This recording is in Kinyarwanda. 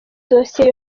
dosiye